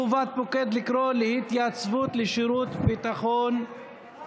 חובת פוקד לקרוא להתייצבות לשירות ביטחון).